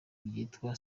ryitwa